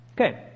Okay